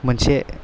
मोनसे